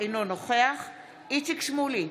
אינו נוכח איציק שמולי,